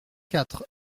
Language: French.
quatre